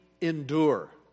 endure